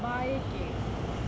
boy came